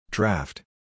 Draft